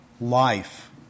life